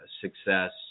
success